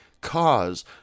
cause